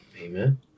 Amen